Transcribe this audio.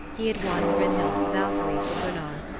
he had won brynhild the valkyrie for gunnar,